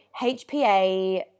HPA